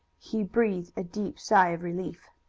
he breathed a deep sigh of relief.